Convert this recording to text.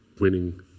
winning